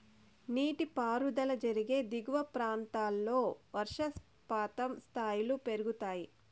నీటిపారుదల జరిగే దిగువ ప్రాంతాల్లో వర్షపాతం స్థాయిలు పెరుగుతాయి